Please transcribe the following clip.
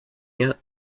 yet